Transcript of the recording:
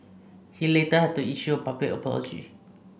he later had to issue a public apology